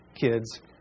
kids